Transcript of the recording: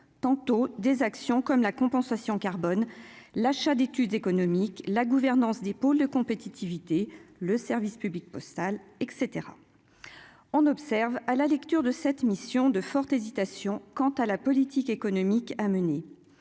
tantôt des actions comme la compensation carbone l'achat d'études économiques, la gouvernance des pôles de compétitivité, le service public postal et etc, on observe à la lecture de cette mission de fortes hésitations quant à la politique économique à mener